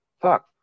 Fuck